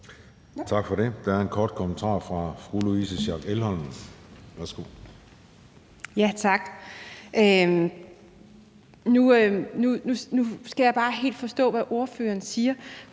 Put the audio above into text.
Tak for det. Der er en kort bemærkning fra Louise Schack Elholm.